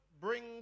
bring